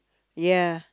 ya